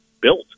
built